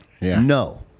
No